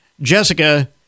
Jessica